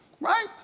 Right